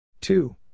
Two